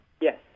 Yes